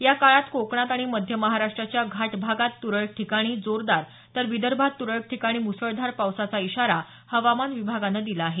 या काळात कोकणात आणि मध्य महाराष्ट्राच्या घाट भागात तुरळक ठिकाणी जोरदार तर विदर्भात तुरळक ठिकाणी मुसळधार पावसाचा इशारा हवामान विभागानं दिला आहे